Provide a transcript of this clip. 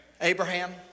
Abraham